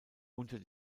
unter